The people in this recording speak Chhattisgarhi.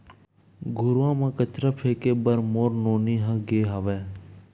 घुरूवा म कचरा फेंके बर मोर नोनी ह गे हावय